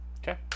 Okay